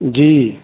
जी